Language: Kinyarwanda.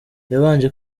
yabanje